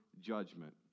judgment